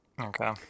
Okay